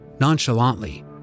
Nonchalantly